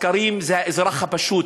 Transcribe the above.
הסקרים זה האזרח הפשוט,